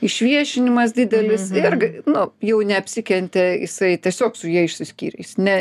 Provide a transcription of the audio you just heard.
išviešinimas didelis ir nu jau neapsikentė jisai tiesiog su ja išsiskyrė jis ne